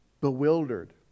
Bewildered